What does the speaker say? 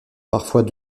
parfois